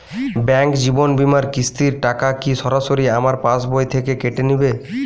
Bank জীবন বিমার কিস্তির টাকা কি সরাসরি আমার পাশ বই থেকে কেটে নিবে?